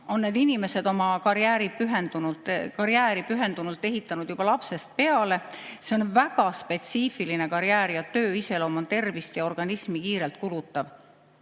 on need inimesed oma karjääri pühendunult ehitanud juba lapsest peale. See on väga spetsiifiline karjäär ning töö iseloom on tervist ja organismi kiirelt kulutav.